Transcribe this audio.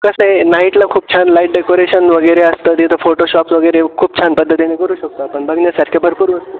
कसं आहे नाईटला खूप छान लाईट डेकोरेशन वगैरे असतं तर तिथं फोटोशॉप् वगैरे खूप छान पद्धतीने करू शकतो आपण बघण्यासारखे करू शकतो